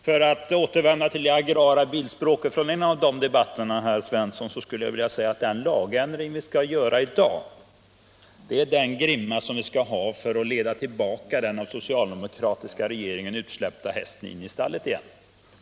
För att återvända till det agrara bildspråket från en av de debatterna, herr Svensson, skulle jag vilja säga att den lagändring vi skall fatta beslut om i dag är den grimma vi skall ha för att leda tillbaka den av den socialdemokratiska regeringen utsläppta hästen in i stallet igen.